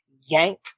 yank